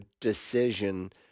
decision—